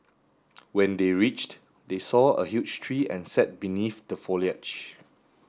when they reached they saw a huge tree and sat beneath the foliage